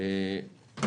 כמובן.